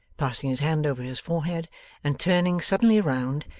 passing his hand over his forehead and turning suddenly round,